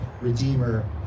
redeemer